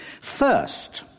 First